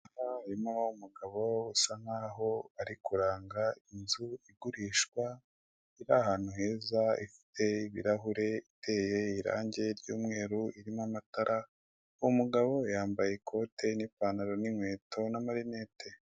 Harimo umugabo usa nk'aho ari kuranga inzu igurishwa, iri ahantu heza ifite ibirahure iteye irange ry'umweru irimo amatara, uwo mugabo yambaye ikote n'ipantaro n'inkweto n'amarinete.